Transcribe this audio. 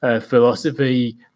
philosophy